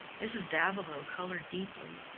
mrs. davilow colored deeply,